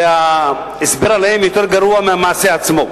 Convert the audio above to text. שההסבר להם יותר גרוע מהמעשה עצמו.